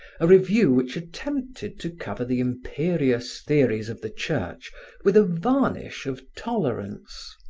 a review which attempted to cover the imperious theories of the church with a varnish of tolerance.